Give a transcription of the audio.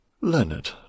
Leonard